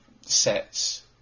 sets